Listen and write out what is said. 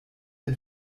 den